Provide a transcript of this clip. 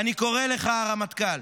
ואני קורא לך, הרמטכ"ל: